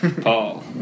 Paul